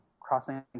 crossing